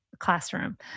classroom